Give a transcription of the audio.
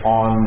on